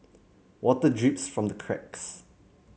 water drips from the cracks